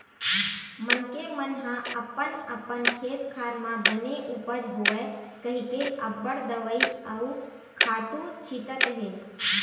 मनखे मन ह अपन अपन खेत खार म बने उपज होवय कहिके अब्बड़ दवई अउ खातू छितत हे